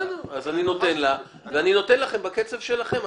אני נותן לה ואני נותן לכם בקצב שלכם.